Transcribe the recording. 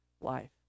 life